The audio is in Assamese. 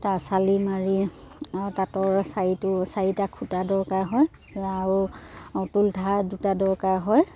তাৰ চালিমাৰি আৰু তাঁতৰ চাৰিটো চাৰিটা খুঁটা দৰকাৰ হয় আৰু টোলোঠা দুটা দৰকাৰ হয়